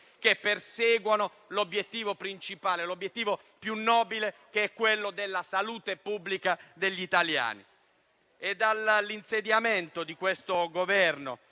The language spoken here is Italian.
che perseguono l'obiettivo principale, l'obiettivo più nobile, che è quello della salute pubblica degli italiani. È dall'insediamento di questo Governo,